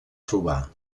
trobar